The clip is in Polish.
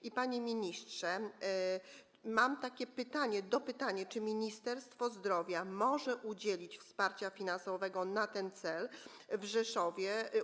I, panie ministrze, mam takie pytanie, dopytanie: Czy Ministerstwo Zdrowia może udzielić wsparcia finansowego na ten cel w Rzeszowie?